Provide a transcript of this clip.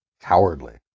cowardly